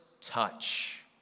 touch